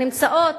הנמצאות,